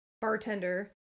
bartender